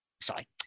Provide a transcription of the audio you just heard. sorry